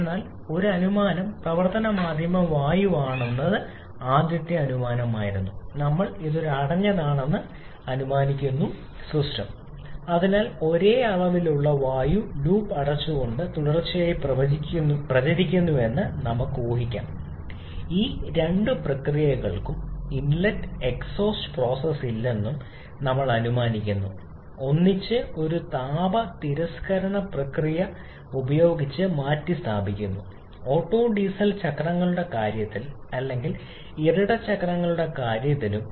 അതിനാൽ ഒരു അനുമാനം പ്രവർത്തന മാധ്യമം വായുവാണ് ആദ്യത്തെ അനുമാനമായിരുന്നു നമ്മൾ ഇത് ഒരു അടഞ്ഞതാണെന്ന് അനുമാനിക്കുന്നു സിസ്റ്റം അതിനാൽ ഒരേ അളവിലുള്ള വായു ലൂപ്പ് അടച്ചുകൊണ്ട് തുടർച്ചയായി പ്രചരിക്കുന്നുവെന്ന് നമുക്ക് ഊഹിക്കാം ഈ രണ്ട് പ്രക്രിയകൾക്കും ഇൻലെറ്റ് എക്സ്ഹോസ്റ്റ് പ്രോസസ് ഇല്ലെന്നും നമ്മൾ അനുമാനിക്കുന്നു ഒന്നിച്ച് ഒരു താപ തിരസ്കരണ പ്രക്രിയ ഉപയോഗിച്ച് മാറ്റിസ്ഥാപിക്കുന്നു ഓട്ടോ ഡീസൽ ചക്രങ്ങളുടെ കാര്യത്തിൽ അല്ലെങ്കിൽ ഇരട്ട ചക്രങ്ങളുടെ കാര്യത്തിലും